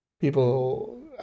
people